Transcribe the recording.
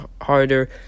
harder